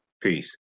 Peace